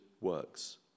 works